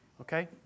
okay